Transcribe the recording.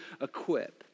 equip